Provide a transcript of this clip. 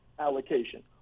Allocation